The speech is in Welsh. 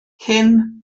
hyn